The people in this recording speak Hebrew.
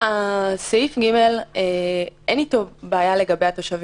אין עם סעיף (ג) בעיה לגבי התושבים,